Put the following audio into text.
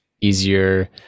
easier